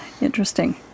Interesting